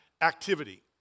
activity